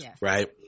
right